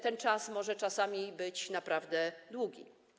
Ten czas może czasami być naprawdę długi.